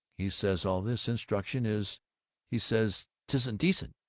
he says all this instruction is he says tisn't decent.